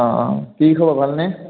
অঁ অঁ কি খ'বৰ ভালনে